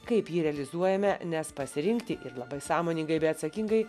kaip jį realizuojame nes pasirinkti ir labai sąmoningai bei atsakingai